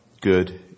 Good